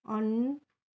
on